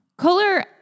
Kohler